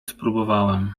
spróbowałem